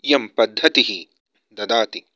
इयं पद्धतिः ददाति